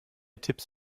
tipps